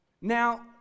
Now